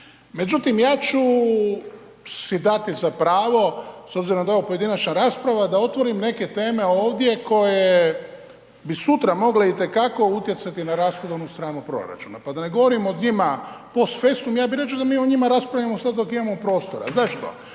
Međutim, ja ću si dati za pravo s obzirom da je ovo pojedinačna rasprava da otvorim neke teme ovdje koje bi sutra mogle itekako utjecati na rashodovnu stranu proračuna. Pa da ne govorimo o njima post festum ja bih radije da mi o njima raspravljamo sad dok imamo prostora. Zašto?